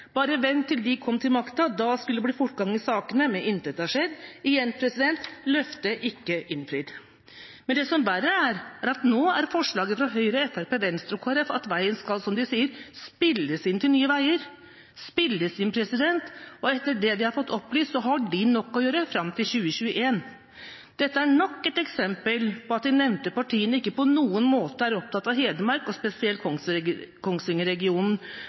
bare vente til de kom til makta, for da skulle det bli fortgang i sakene. Men intet har skjedd. Igjen: Løftet er ikke innfridd. Men det som verre er, er at nå er forslaget fra Høyre, Fremskrittspartiet, Venstre og Kristelig Folkeparti at veien skal, som de sier, spilles inn til Nye Veier. Spilles inn – etter det vi har fått opplyst, har de nok å gjøre fram til 2021. Dette er nok et eksempel på at de nevnte partiene ikke på noen måte er opptatt av Hedmark, spesielt